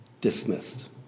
dismissed